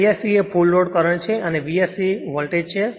Isc એ full load current છે અને Vsc વોલ્ટેજ છે